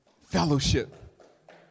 fellowship